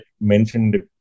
mentioned